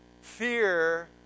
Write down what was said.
Fear